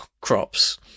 crops